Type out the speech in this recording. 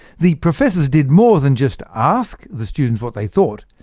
the professors did more than just ask the students what they thought.